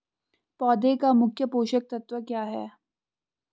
पौधें का मुख्य पोषक तत्व क्या है?